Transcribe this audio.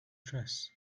dress